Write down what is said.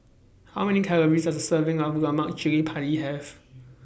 How Many Calories Does A Serving of Lemak Cili Padi Have